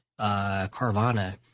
Carvana